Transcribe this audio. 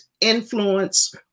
influence